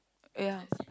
ya